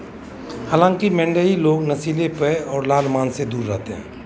हालाँकि मंडेई लोग नशीले पेय और लाल मांस से दूर रहते हैं